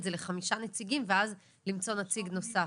זה לחמישה נציגים ואז למצוא נציג נוסף.